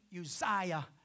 Uzziah